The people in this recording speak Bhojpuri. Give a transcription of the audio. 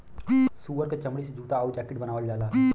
सूअर क चमड़ी से जूता आउर जाकिट बनावल जाला